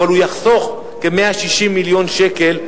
אבל הוא יחסוך כ-160 מיליון שקל,